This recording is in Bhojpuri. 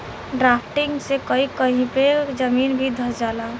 ड्राफ्टिंग से कही कही पे जमीन भी धंस जाला